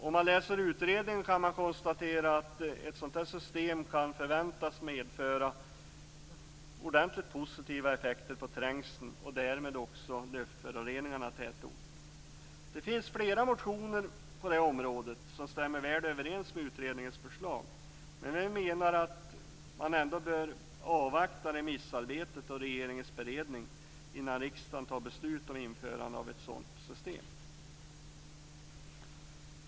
Om man läser utredningen kan man konstatera att ett sådant system kan förväntas medföra påtagligt positiva effekter på trängseln och därmed även på luftföroreningarna i tätorterna. Det finns flera motioner på det här området som stämmer väl överens med utredningens förslag. Men vi menar att man ändå bör avvakta remissarbetet och regeringens beredning innan riksdagen fattar beslut om införande av ett sådant system.